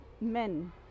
Men